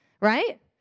right